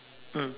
mm